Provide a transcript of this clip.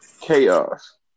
chaos